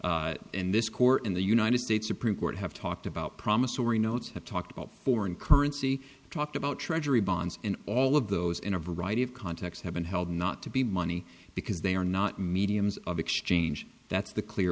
and this court in the united states supreme court have talked about promissory notes have talked about foreign currency talked about treasury bonds and all of those in a variety of contexts have been held not to be money because they are not mediums of exchange that's the clear